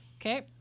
Okay